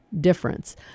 difference